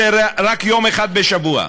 זה רק יום אחד בשבוע.